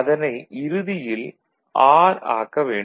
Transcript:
அதனை இறுதியில் ஆர் ஆக்க வேண்டும்